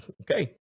Okay